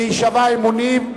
להישבע אמונים,